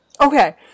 Okay